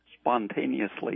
spontaneously